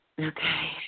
Okay